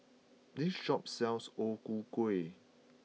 this shop sells O Ku Kueh